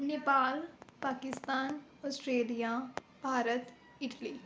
Nepal Pakistan Australia Bharat Italy